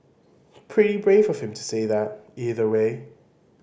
pretty brave of him to say that either way